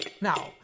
Now